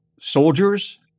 soldiers